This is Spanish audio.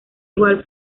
igual